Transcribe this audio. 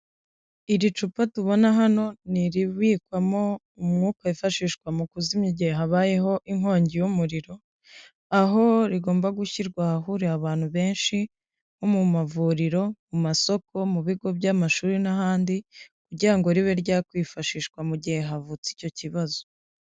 Iri cupa tubona hano ni iribikwamo umwuka wifashishwa mu kuzimya igihe habayeho inkongi y'umuriro, aho rigomba gushyirwa ahahurira abantu benshi nko mu mavuriro ku masoko mu bigo by'amashuri n'ahandi, kugira ngo ribe ryakwifashishwa mu gihe havutse icyo kibazo.